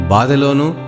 Badalonu